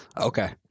okay